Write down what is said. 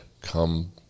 come